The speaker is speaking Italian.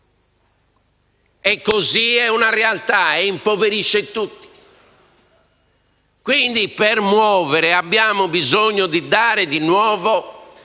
(è così, è una realtà) e impoverisce tutti; quindi per muovere abbiamo bisogno di dare nuovamente